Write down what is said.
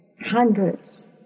Hundreds